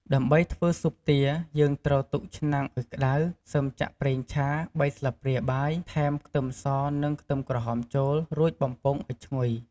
ដើម្បីធ្វើស៊ុបទា យើងត្រូវទុកឆ្នាំងឱ្យក្ដៅ សឹមចាក់ប្រេងឆា ៣ស្លាបព្រាបាយ ថែម ខ្ទឹមស និង ខ្ទឹមក្រហមចូល រួចបំពងឱ្យឈ្ងុយ។